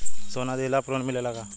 सोना दिहला पर लोन मिलेला का?